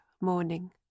Morning